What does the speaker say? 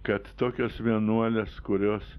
kad tokios vienuolės kurios